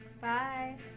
bye